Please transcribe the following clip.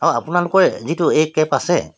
আপোনালোকৰ যিটো এই কেব আছে